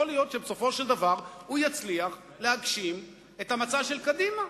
יכול להיות שבסופו של דבר הוא יצליח להגשים את המצע של קדימה.